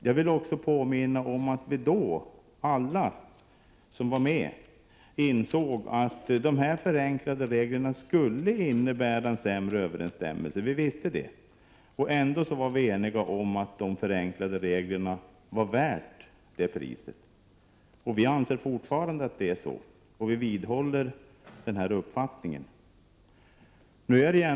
Jag vill påminna om att alla vi som då var med insåg att de förenklade reglerna skulle innebära en sämre överensstämmelse. Vi visste som sagt det. Ändå var vi eniga om att de förenklade reglerna var värda det priset. Vi anser fortfarande att det är så. Vi vidhåller denna uppfattning.